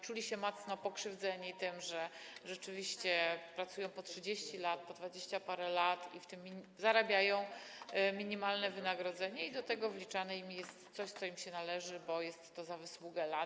Czuli się mocno pokrzywdzeni tym, że rzeczywiście pracują po 30 lat, po dwadzieścia parę lat i otrzymują minimalne wynagrodzenie, i do tego wliczane im jest coś, co im się należy, bo jest to za wysługę lat.